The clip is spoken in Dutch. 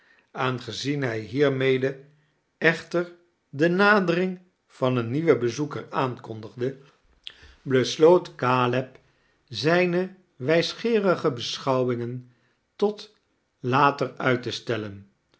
aangezien hij hiermede echter de nadering van een nieuwen bezoeker aankondigde i besloot zoudt u juffrouw staart te i caleb zijne wijsgeerige bescheuwingen tot later udt te stellen